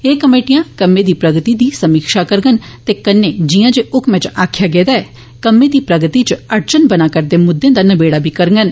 एह कमेटियां कम्मै दी प्रगति दी समीक्षा करगंन ते कन्नै जियां जे हक्मै च आक्खेया गेदा ऐ कम्मै दी प्रगति च अड़चन बनै करदे मुद्दें दा नबेड़ा बी करगंन